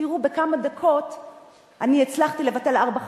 תראו, בכמה דקות הצלחתי לבטל ארבע חקירות.